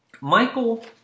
Michael